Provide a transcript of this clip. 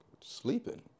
Sleeping